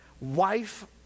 wife